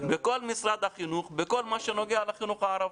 בכל משרד החינוך בכל מה שנוגע לחינוך הערבי.